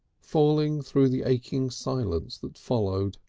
falling through the aching silence that followed.